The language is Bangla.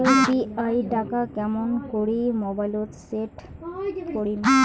ইউ.পি.আই টা কেমন করি মোবাইলত সেট করিম?